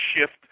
shift